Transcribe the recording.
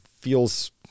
feels